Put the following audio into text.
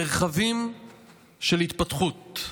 מרחבים של התפתחות,